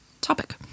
topic